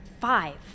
five